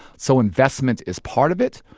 so investment is part of it,